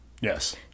Yes